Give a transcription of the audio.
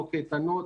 לא קייטנות